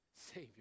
Savior